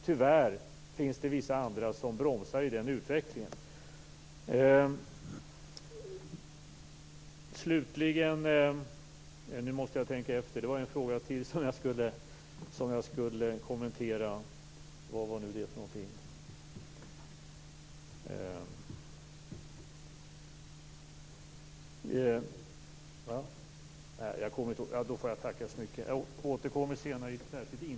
Tyvärr finns det vissa andra som bromsar i den utvecklingen.